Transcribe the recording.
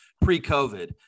pre-COVID